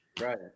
Right